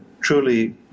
truly